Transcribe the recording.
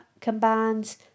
combines